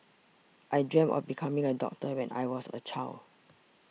I dreamt of becoming a doctor when I was a child